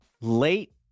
late